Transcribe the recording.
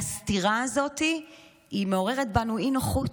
והסתירה הזאת מעוררת בנו אי-נוחות,